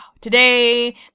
today